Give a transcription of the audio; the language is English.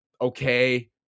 okay